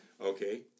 Okay